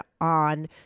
on